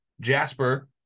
Jasper